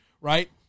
right